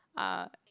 are